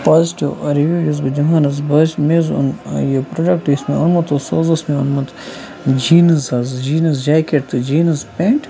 positive review یُس بہٕ دِوان حظ بہٕ حظ چھُس مےٚ حظ اوٚن یہِ پرٛوڈَکٹہٕ یُس مےٚ اوٚنمُت اوس سُہ حظ اوس مےٚ اوٚنمُت جیٖنٕز حظ جیٖنٕز جیکٮ۪ٹ تہٕ جیٖنٕز پٮ۪نٛٹ